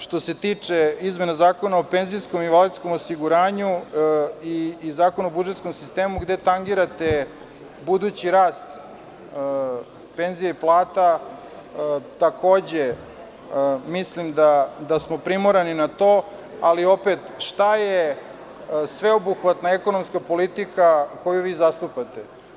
Što se tiče izmena Zakona o penzijskom i invalidskom osiguranju i Zakona o budžetskom sistemu, gde tangirate budući rast penzija i plata, takođe mislim da smo primorani na to, ali opet -šta je sveobuhvatna ekonomska politika koju vi zastupate?